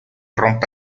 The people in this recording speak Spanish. rompa